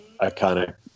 iconic